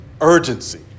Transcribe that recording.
urgency